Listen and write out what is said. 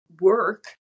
Work